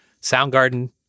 Soundgarden